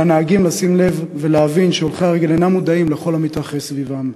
על הנהגים לשים לב ולהבין שהולכי הרגל אינם מודעים לכל המתרחש סביבם.